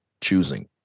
choosing